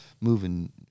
moving